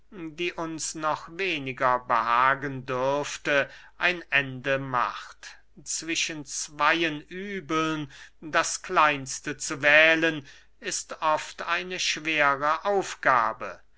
die uns noch weniger behagen dürfte ein ende macht zwischen zweyen übeln das kleinste zu wählen ist oft eine schwere aufgabe